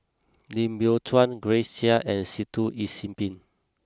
Lim Biow Chuan Grace Chia and Sitoh Yih Sin Pin